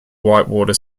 whitewater